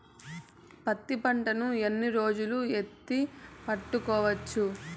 పత్తి పంటను ఎన్ని రోజులు ఎత్తి పెట్టుకోవచ్చు?